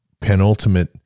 penultimate